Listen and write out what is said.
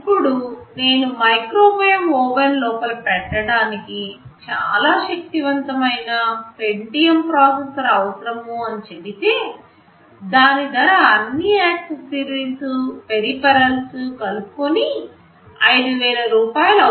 ఇప్పుడు నేను microwave oven లోపల పెట్టడానికి చాలా శక్తివంతమైన పెంటియమ్ ప్రాసెసర్ అవసరం అని చెబితే దాని ధర అన్ని యాక్ససరీస్ పెరిఫెరల్స్ కలుపుకొని ని 5000 రూపాయలు అవుతుంది